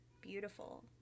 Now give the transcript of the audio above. beautiful